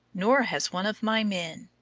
nor has one of my men.